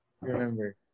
remember